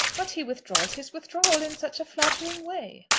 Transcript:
but he withdraws his withdrawal in such a flattering way!